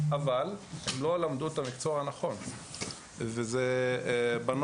אבל הן לא למדו את המקצוע הנכון וזה בנות